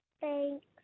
Thanks